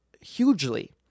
hugely